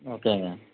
ஓகேங்க